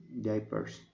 diapers